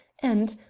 and,